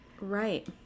Right